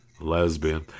lesbian